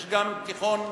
יש גם תיכון מקיף,